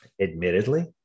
Admittedly